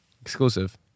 Exclusive